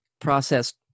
processed